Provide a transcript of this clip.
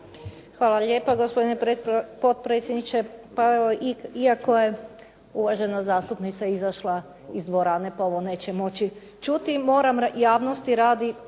Hvala lijepa, gospodine potpredsjedniče. Pa evo iako je uvažena zastupnica izašla iz dvorane pa ovo neću moći čuti, moram javnosti radi